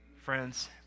Friends